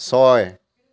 ছয়